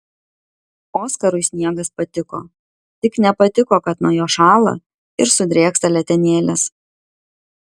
oskarui sniegas patiko tik nepatiko kad nuo jo šąla ir sudrėksta letenėlės